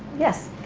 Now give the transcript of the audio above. yes,